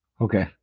Okay